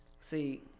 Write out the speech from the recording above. See